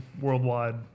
worldwide